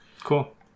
Cool